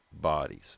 bodies